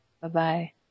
Bye-bye